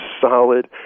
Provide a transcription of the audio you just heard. solid